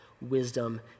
wisdom